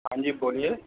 हाँजी बोलिए